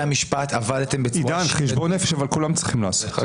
עידן, חשבון נפש כולם צריכים לעשות.